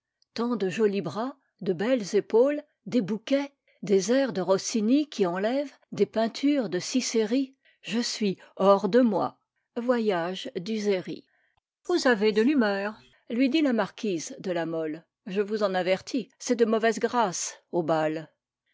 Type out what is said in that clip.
tant de jolis bras de belles épaules des bouquets des airs de rossini qui enlèvent des peintures de cicéri je suis hors de moi voyages d'uzeri vous avez de l'humeur lui dit la marquise de la mole je vous en avertis c'est de mauvaise grâce au bal